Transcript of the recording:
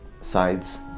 sides